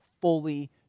fully